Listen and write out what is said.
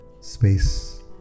space